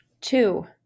Two